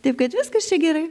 taip kad viskas čia gerai